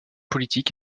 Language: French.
politique